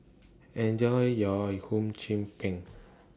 Enjoy your Hum Chim Peng